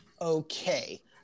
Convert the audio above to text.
okay